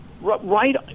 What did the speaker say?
right